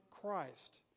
Christ